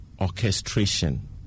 orchestration